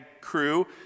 crew